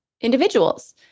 individuals